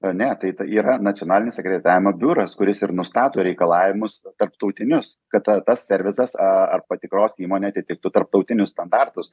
ne tai tai yra nacionalinis akreditavimo biuras kuris ir nustato reikalavimus tarptautinius kad ta tas servizas a ar patikros įmonė atitiktų tarptautinius standartus